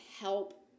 help